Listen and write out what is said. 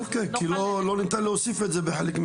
כי בחלק מהמקרים לא ניתן להוסיף את זה.